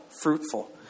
fruitful